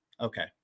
Okay